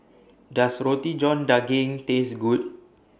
Does Roti John Daging Taste Good